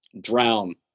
drown